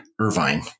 Irvine